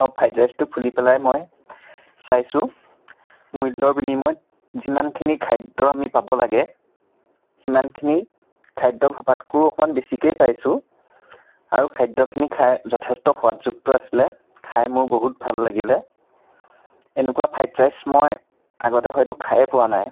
fried ৰাইচটো খুলি পেলাই মই চাইছোঁ মূল্যৰ বিনিময়ত যিমানখিনি খাদ্য আমি পাব লাগে সিমানখিনি খাদ্য ভবাতকৈও অকণমান বেছিকৈয়ে পাইছোঁ আৰু খাদ্যখিনি খাই যথেষ্ট সোৱাদযুক্ত আছিলে খাই মোৰ বহুত ভাল লাগিলে এনেকুৱা ফ্ৰাইড ৰাইচ মই আগতে হয়তো খাইয়ে পোৱা নাই